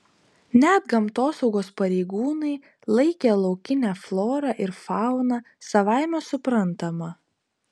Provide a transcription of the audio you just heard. net gamtosaugos pareigūnai laikė laukinę florą ir fauną savaime suprantama